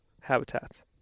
habitats